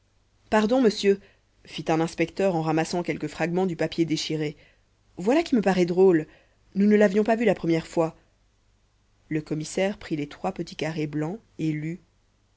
pardon monsieur fit un inspecteur en ramassant quelques fragments du papier déchiré voilà qui me parait drôle nous ne l'avions pas vu la première fois le commissaire prit les trois petits carrés blancs